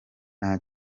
nta